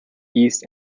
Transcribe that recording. east